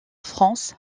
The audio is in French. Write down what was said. france